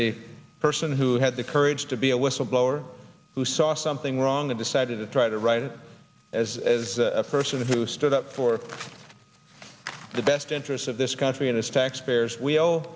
a person who had the courage to be a whistleblower who saw something wrong and decided to try to write it as as a person who stood up for the best interests of this country and its taxpayers we